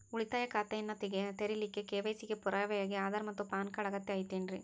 ಉಳಿತಾಯ ಖಾತೆಯನ್ನ ತೆರಿಲಿಕ್ಕೆ ಕೆ.ವೈ.ಸಿ ಗೆ ಪುರಾವೆಯಾಗಿ ಆಧಾರ್ ಮತ್ತು ಪ್ಯಾನ್ ಕಾರ್ಡ್ ಅಗತ್ಯ ಐತೇನ್ರಿ?